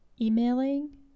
emailing